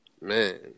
man